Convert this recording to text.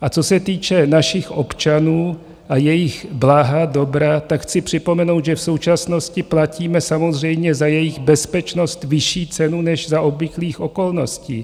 A co se týče našich občanů a jejich blaha, dobra, tak chci připomenout, že v současnosti platíme samozřejmě za jejich bezpečnost vyšší cenu, než za obvyklých okolností.